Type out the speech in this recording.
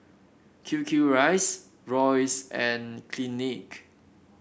Q Q Rice Royce and Clinique